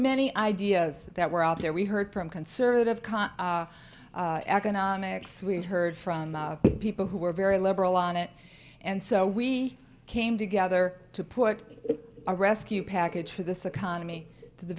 many ideas that were out there we heard from conservative con economics we heard from people who were very liberal on it and so we came together to put a rescue package for this economy t